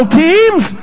teams